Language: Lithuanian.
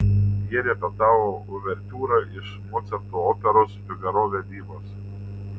jie repetavo uvertiūrą iš mocarto operos figaro vedybos